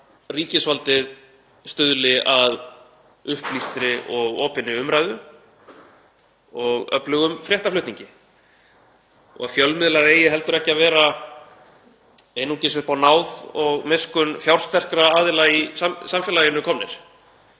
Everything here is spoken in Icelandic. ríkisvaldið stuðli að upplýstri og opinni umræðu og öflugum fréttaflutningi. Fjölmiðlar eigi heldur ekki að vera einungis upp á náð og miskunn fjársterkra aðila í samfélaginu komnir.